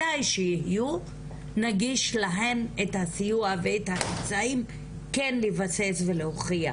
מתי שיהיו נגיש להן את הסיוע ואת האמצעים לבסס ולהוכיח